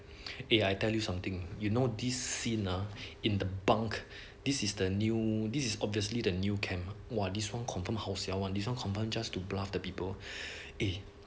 eh I tell you something you know this scene ah in the bunk this is the new this is obviously the new camp !wah! this one confirm 好笑 one this one confirm just to bluff the people eh